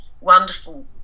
wonderful